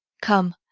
come,